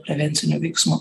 prevencinių veiksmų